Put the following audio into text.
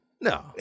No